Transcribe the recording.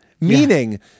Meaning